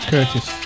Curtis